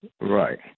right